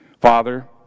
Father